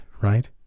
right